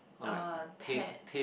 uh Ted